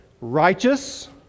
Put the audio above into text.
righteous